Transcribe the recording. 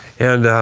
and